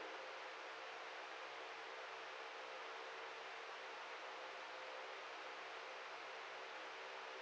hmm